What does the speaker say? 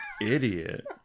idiot